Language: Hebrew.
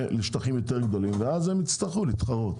לשטחים יותר גדולים ואז הם יצטרכו להתחרות.